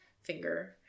finger